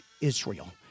israel